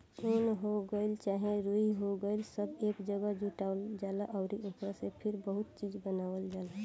उन हो गइल चाहे रुई हो गइल सब एक जागह जुटावल जाला अउरी ओकरा से फिर बहुते चीज़ बनावल जाला